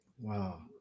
Wow